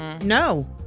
No